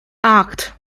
acht